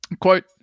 quote